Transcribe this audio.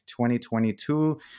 2022